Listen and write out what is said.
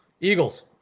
Eagles